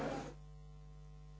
Hvala svima